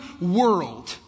world